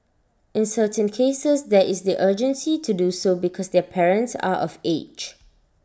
in certain cases there is the urgency to do so because their parents are of age